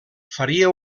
faria